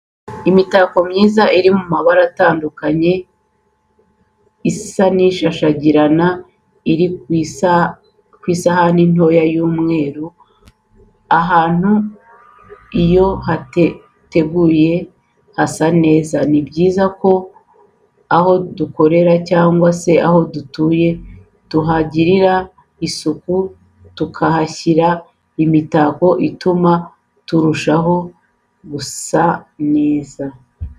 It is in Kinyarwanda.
Imitako myiza iri mu mabara atanduka isa n'ishashagirana iri kw'isahani ntoya y'umweru, ahantu iyo hateguye hasa neza, ni byiza ko aho dukorera cyangwa se aho dutuye tuhagirira isuku tukahashyira n' imitako ituma harushaho gusa neza.